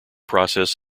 process